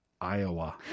Iowa